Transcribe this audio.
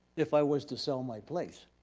if i was to sell my place.